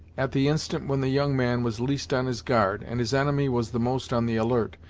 at the instant when the young man was least on his guard, and his enemy was the most on the alert,